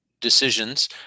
decisions